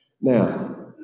Now